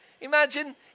Imagine